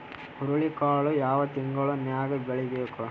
ಹುರುಳಿಕಾಳು ಯಾವ ತಿಂಗಳು ನ್ಯಾಗ್ ಬೆಳಿಬೇಕು?